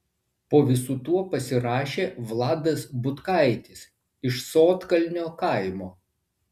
po visu tuo pasirašė vladas butkaitis iš sodkalnio kaimo